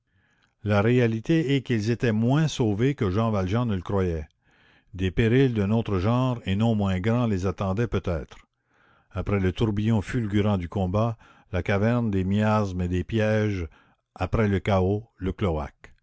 la réalité est qu'ils étaient moins sauvés que jean valjean ne le croyait des périls d'un autre genre et non moins grands les attendaient peut-être après le tourbillon fulgurant du combat la caverne des miasmes et des pièges après le chaos le